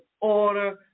order